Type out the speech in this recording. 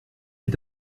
est